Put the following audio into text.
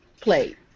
played